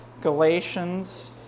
Galatians